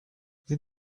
the